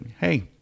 hey